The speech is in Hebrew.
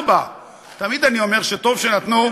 היא 84. תמיד אני אומר שטוב שנתנו,